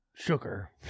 Sugar